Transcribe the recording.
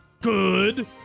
good